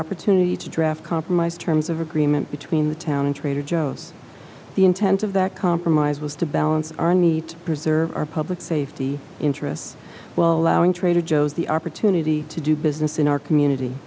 opportunity to draft compromise terms of agreement between the town and trader joe's the intent of that compromise was to balance our need to preserve our public safety interests well allowing trader joe's the opportunity to do business in our community